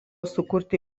sukurti